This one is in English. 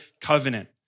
covenant